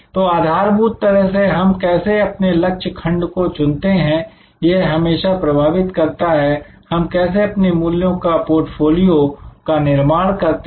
तो आधारभूत तरह से हम कैसे अपने लक्ष्य खंड को चुनते हैं यह हमेशा प्रभावित करता है हम कैसे अपने मूल्यों का पोर्टफोलियो का निर्माण करते हैं